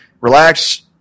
Relax